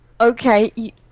Okay